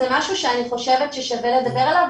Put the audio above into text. זה משהו שאני חושבת ששווה לדבר עליו,